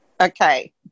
Okay